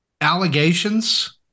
allegations